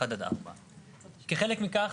1 עד 4. כחלק מכך,